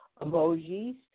emojis